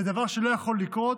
זה דבר שלא יכול לקרות,